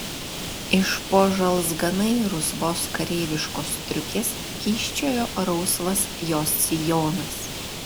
iš po žalzganai rusvos kareiviškos striukės kyščiojo rausvas jos sijonas